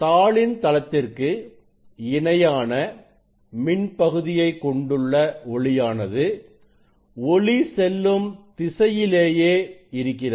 தாளின் தளத்திற்கு இணையான மின் பகுதியை கொண்டுள்ள ஒளியானது ஒளி செல்லும் திசையிலேயே இருக்கிறது